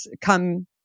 come